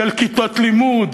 של כיתות לימוד,